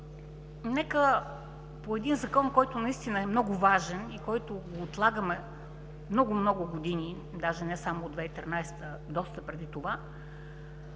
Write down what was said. нека по един Закон, който е много важен и който отлагаме много, много години, даже не само от 2013 г., а доста преди това,